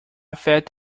felt